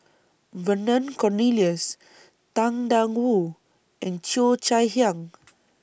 Vernon Cornelius Tang DA Wu and Cheo Chai Hiang